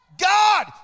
God